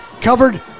covered